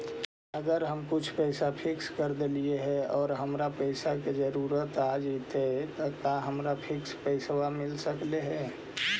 अगर हम कुछ पैसा फिक्स कर देली हे और हमरा पैसा के जरुरत आ जितै त का हमरा फिक्स पैसबा मिल सकले हे?